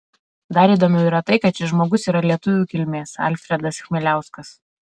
dar įdomiau yra tai kad šis žmogus yra lietuvių kilmės alfredas chmieliauskas